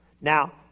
Now